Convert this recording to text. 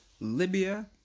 Libya